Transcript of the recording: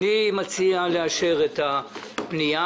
מציע לאשר את הפנייה,